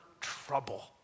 trouble